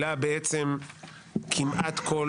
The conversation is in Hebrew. כללה כמעט כל